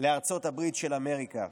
לארצות הברית של אמריקה".